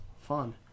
fun